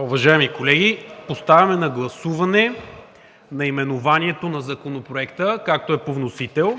Уважаеми колеги, подлагам на гласуване: наименованието на Законопроекта, както е по вносител;